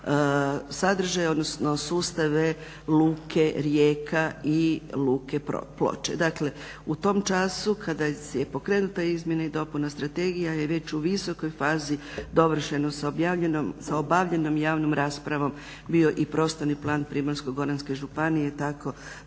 odnosno sustave Luke Rijeka i Luke Ploče. Dakle u tom času kada je pokrenuta izmjena i dopuna strategija je već u visokoj fazi dovršena sa obavljenom javnom raspravom bio i prostorni plan Primorsko-goranske županije tako